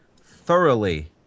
thoroughly